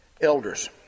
elders